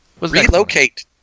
Relocate